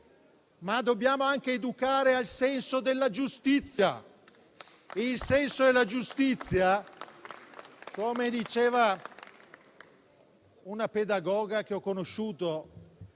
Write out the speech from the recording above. ma dobbiamo anche educare al senso della giustizia. Il senso della giustizia, come diceva una pedagoga che ho conosciuto,